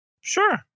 Sure